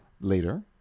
later